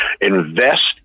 Invest